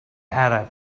arab